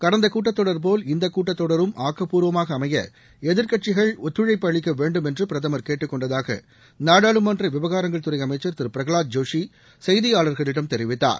கடந்த கூட்டத் தொடர் போல் இந்த கூட்டத் தொடரும் ஆக்கப்பூர்வமாக அமைய எதிர்க்கட்சிகள் ஒத்துழைப்பு அளிக்க வேண்டும் என்று பிரதமர் கேட்டுக் கொண்டதாக நாடாளுமன்ற விவகாரங்கள் துறை அமைச்சர் திரு பிரகலாத் ஜோஷி செய்தியாளர்களிடம் தெரிவித்தார்